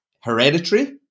Hereditary